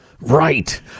Right